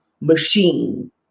machine